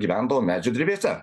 gyvendavo medžių drevėse